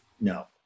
No